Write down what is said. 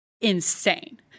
insane